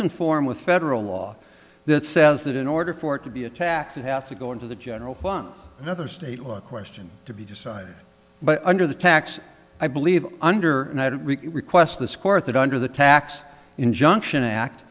conform with federal law that says that in order for it to be attacked it has to go into the general fund another state question to be decided but under the tax i believe under requests this court that under the tax injunction act